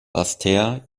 basseterre